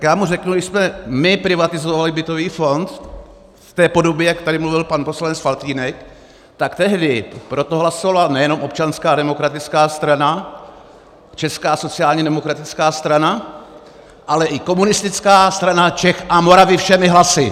Tak mu řeknu, když jsme my privatizovali bytový fond v té podobě, jak tady mluvil pan poslanec Faltýnek, tak tehdy pro to hlasovala nejenom Občanská demokratická strana, Česká sociálně demokratická strana, ale i Komunistická strana Čech a Moravy všemi hlasy.